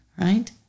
Right